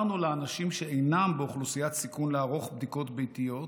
התרנו לאנשים שאינם באוכלוסיית סיכון לערוך בדיקות ביתיות,